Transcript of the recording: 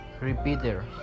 Repeater